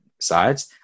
sides